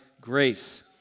grace